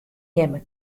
jimme